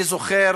אני זוכר